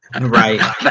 Right